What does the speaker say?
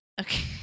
Okay